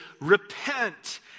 repent